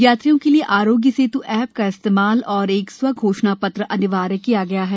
यात्रियों के लिए आरोग्य सेत् ऐप का इस्तेमाल और एक स्व घोषणापत्र अनिवार्य किया है